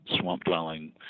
swamp-dwelling